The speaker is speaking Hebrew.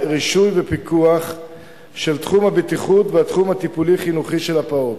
רישוי ופיקוח של תחום הבטיחות והתחום הטיפולי-חינוכי של הפעוט,